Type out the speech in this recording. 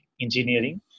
engineering